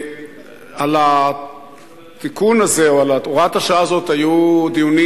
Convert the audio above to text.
על התיקון הזה או על הוראת השעה הזאת היו דיונים